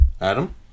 Adam